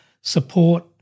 support